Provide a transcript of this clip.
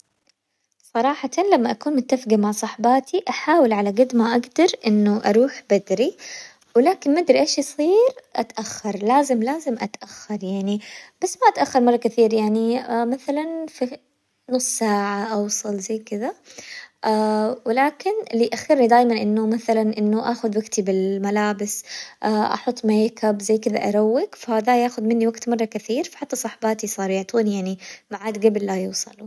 صراحةً لما أكون متفقة مع صحباتي أحاول على قد ما أقدر إنه أروح بدري، ولكن ما أدري إيش يصير أتأخر لازم لازم أتأخر يعني بس ما أتأخر مرة كثير يعني مثلاً في نص ساعة أوصل زي كذا، ولكن اللي يأخرني دايماً مثلاً إنه آخذ وقتي بالملابس، أحط ميكاب زي كذا أروق فذا ياخذ مني وقت مرة كثير، فحتى صاحباتي صاروا يعطوني يعني معاد قبل لا يوصلوا.